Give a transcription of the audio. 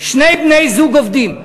שני בני-זוג עובדים.